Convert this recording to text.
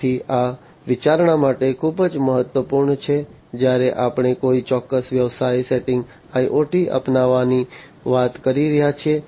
તેથી આ વિચારણા માટે ખૂબ જ મહત્વપૂર્ણ છે જ્યારે આપણે કોઈ ચોક્કસ વ્યવસાય સેટિંગમાં IoT અપનાવવાની વાત કરી રહ્યા છીએ